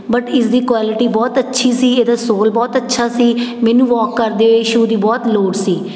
but ਇਸ ਦੀ quality ਬਹੁਤ ਅੱਛੀ ਸੀ ਇਹਦਾ ਸੋਲ ਬਹੁਤ ਅੱਛਾ ਸੀ ਮੈਨੂੰ ਵੋਕ ਕਰਦੇ ਹੋਏ ਸ਼ੂ ਦੀ ਬਹੁਤ ਲੋੜ ਸੀ